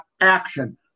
action